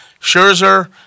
Scherzer